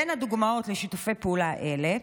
בין הדוגמאות לשיתופי פעולה אלה: